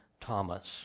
Thomas